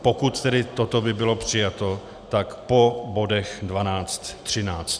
Pokud tedy toto by bylo přijato, tak po bodech 12, 13.